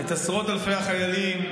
את עשרות אלפי החיילים,